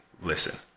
listen